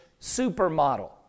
supermodel